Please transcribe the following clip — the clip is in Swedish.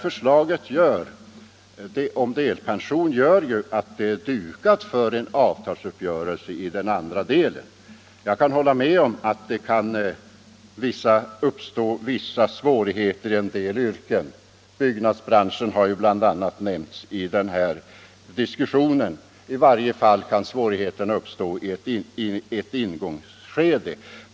Förslaget om delpension gör ju att det är dukat för en avtalsuppgörelse i den andra delen. Jag kan hålla med om att det kan uppstå vissa svårigheter i en del yrken. Bl. a. byggnadsbranschen har ju nämnts i denna diskussion. I varje fall kan svårigheter uppstå i ett ingångsskede.